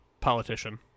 politician